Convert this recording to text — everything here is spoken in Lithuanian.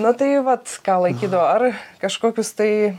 nu tai vat ką laikydavo ar kažkokius tai